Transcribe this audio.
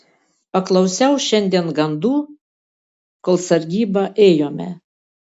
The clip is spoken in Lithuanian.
paklausiau šiandien gandų kol sargybą ėjome